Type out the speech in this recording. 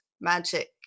magic